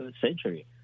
century